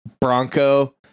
Bronco